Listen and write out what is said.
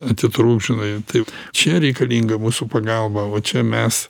atitrūkt žinai taip čia reikalinga mūsų pagalba o čia mes